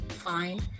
fine